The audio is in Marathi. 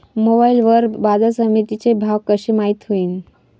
मोबाईल वर बाजारसमिती चे भाव कशे माईत होईन?